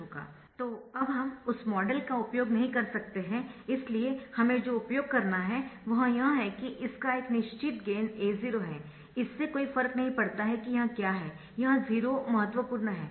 तो अब हम उस मॉडल का उपयोग नहीं कर सकते है इसलिए हमें जो उपयोग करना है वह यह है कि इसका एक निश्चित गेन A0 है इससे कोई फर्क नहीं पड़ता कि यह क्या है यह 0 महत्वपूर्ण है